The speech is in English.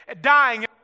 Dying